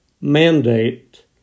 mandate